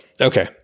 okay